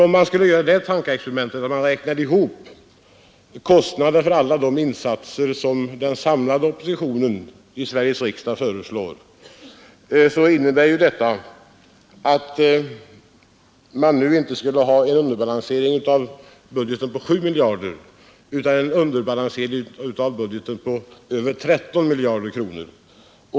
Om man räknar ihop kostnaderna för alla de insatser som den samlade oppositionen i Sveriges riksdag föreslår, kommer man fram till att oppositionens förslag om de genomfördes skulle leda till en underbalansering av budgeten, inte som nu med 7 miljarder utan med över 13 miljarder.